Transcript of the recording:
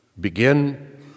begin